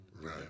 right